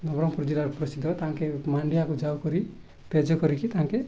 ନବରଙ୍ଗପୁର ଜିଲ୍ଲାର ପ୍ରସିଦ୍ଧ ତାଙ୍କେ ମାଣ୍ଡିଆକୁ ଯାଉ କରି ପେଜ କରିକି ତାଙ୍କେ